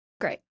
Great